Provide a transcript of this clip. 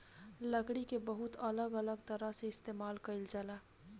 लकड़ी के बहुत अलग अलग तरह से इस्तेमाल कईल जाला